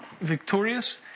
victorious